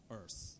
earth